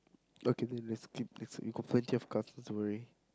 okay then let's skip this we got plenty of cards don't worry